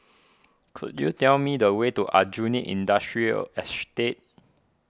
could you tell me the way to Aljunied Industrial Estate